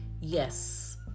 Yes